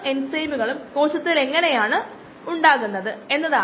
012 KI 0